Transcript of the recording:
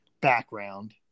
background